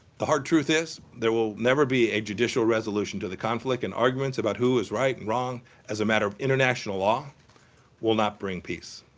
the hard truth is there will never be a judicial resolution to the conflict, and arguments about who is right and wrong as a matter of international law will not bring peace.